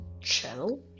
channel